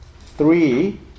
three